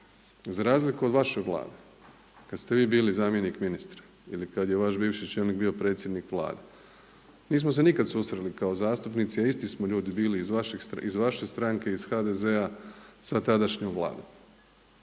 Za razliku od vaše Vlade kad ste vi bili zamjenik ministra ili kad je vaš bivši čelnik bio predsjednik Vlade nismo se nikad susreli kao zastupnici, a isti smo ljudi bili iz vaše stranke, iz HDZ-a sa tadašnjom Vladom.